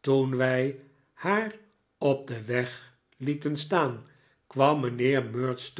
toen wij haar op den weg lieten staan kwam mijnheer